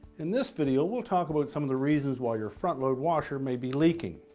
in this video, we'll talk about some of the reasons why your front-load washer may be leaking.